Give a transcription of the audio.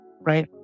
right